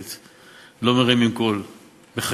מהבוקר הם יושבים בשקט,